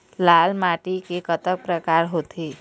लाल माटी के कतक परकार होथे?